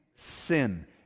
Sin